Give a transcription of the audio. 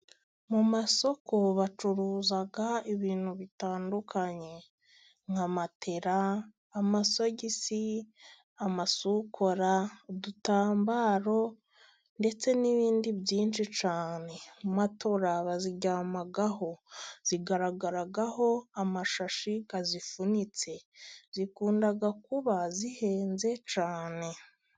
Mu masoko bacuruza ibintu bitandukanye nka matera, amasogisi, amasukora, udutambaro ndetse n'ibindi byinshi cyane. Matora baziryamaho zigaragaraho amashashi azifunitse, zikunda kuba zihenze cyane.